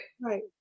Right